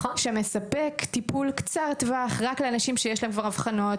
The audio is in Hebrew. שמספק טיפול קצר טווח רק לאנשים שיש להם כבר אבחנות,